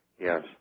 yes